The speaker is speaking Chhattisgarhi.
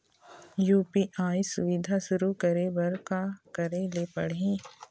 यू.पी.आई सुविधा शुरू करे बर का करे ले पड़ही?